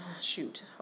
shoot